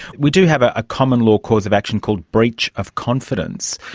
we do have a ah common law cause of action called breach of confidence.